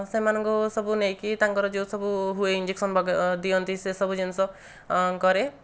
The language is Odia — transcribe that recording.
ସେମାନଙ୍କୁ ସବୁ ନେଇକି ତାଙ୍କର ଯେଉଁସବୁ ହୁଏ ଇଞ୍ଜେକ୍ସନ୍ ବାଗ୍ ଦିଅନ୍ତି ସେସବୁ ଜିନିଷ କରେ